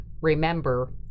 remember